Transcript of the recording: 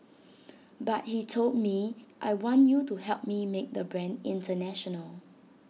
but he told me I want you to help me make the brand International